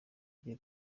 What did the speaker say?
gihe